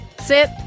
sit